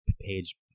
Page